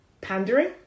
pandering